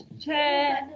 Chair